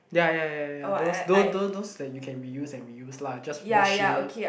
ya ya ya ya those those those like you can reuse and reuse lah just wash it